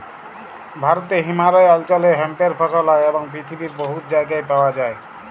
ভারতে হিমালয় অল্চলে হেম্পের ফসল হ্যয় এবং পিথিবীর বহুত জায়গায় পাউয়া যায়